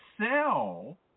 sell